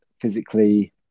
physically